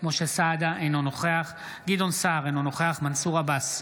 אינו נוכח גדעון סער, אינו נוכח מנסור עבאס,